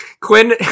quinn